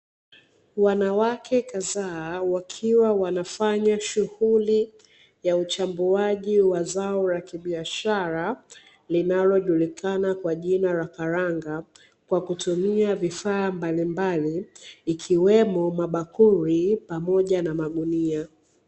Wanawake kadhaa, wakiwa wanafanya shughuli ya uchambuaji wa zao la kibiashara linalojulikana kwa jina la karanga, kwa kutumia vifaa mbalimbali, ikiwemo mabakuli pamoja na magunia.